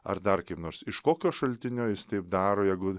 ar dar kaip nors iš kokio šaltinio jis taip daro jeigu